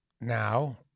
now